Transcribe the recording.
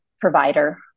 provider